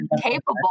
capable